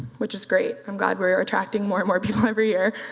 which is great. i'm glad we're attracting more and more people every year,